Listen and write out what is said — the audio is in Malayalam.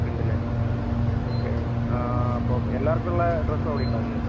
ഉണ്ട് അല്ലേ ഓക്കേ അപ്പം എല്ലാവർക്കുമുള്ള ഡ്രസ്സ് അവിടെ ഉണ്ടാവില്ലേ